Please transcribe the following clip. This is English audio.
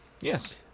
Yes